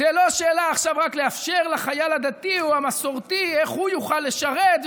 זאת לא שאלה עכשיו רק לאפשר לחייל הדתי או המסורתי איך הוא יוכל לשרת,